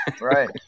Right